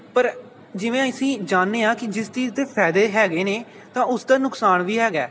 ਪਰ ਜਿਵੇਂ ਅਸੀਂ ਜਾਣਦੇ ਹਾਂ ਕਿ ਜਿਸ ਚੀਜ਼ ਦੇ ਫਾਇਦੇ ਹੈਗੇ ਨੇ ਤਾਂ ਉਸ ਦਾ ਨੁਕਸਾਨ ਵੀ ਹੈਗਾ